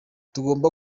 tugomba